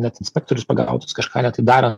net inspektorius pagautus kažką ne taip daran